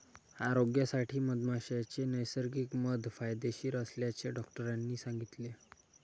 आरोग्यासाठी मधमाशीचे नैसर्गिक मध फायदेशीर असल्याचे डॉक्टरांनी सांगितले